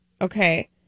Okay